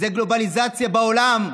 זה גלובליזציה בעולם.